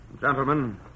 Gentlemen